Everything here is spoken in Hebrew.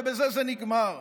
ובזה זה נגמר.